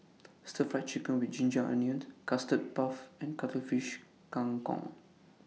Stir Fried Chicken with Ginger Onions Custard Puff and Cuttlefish Kang Kong